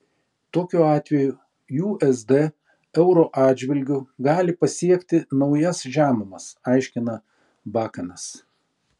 tokiu atveju usd euro atžvilgiu gali pasiekti naujas žemumas aiškina bakanas